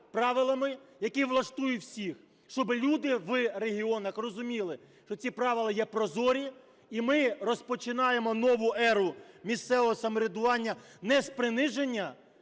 правилами, які влаштують всіх, щоби люди в регіонах розуміли, що ці правила є прозорі. І ми розпочинаємо нову еру місцевого самоврядування не з приниження,